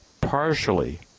partially